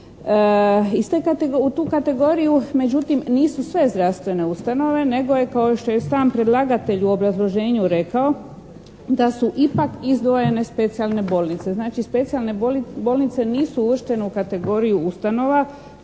U tu kategoriju međutim nisu sve zdravstvene ustanove nego je kao što je sam predlagatelj u obrazloženju rekao, da su ipak izdvojene specijalne bolnice. Znači, specijalne bolnice nisu uvrštene u kategoriju ustanova